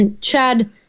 Chad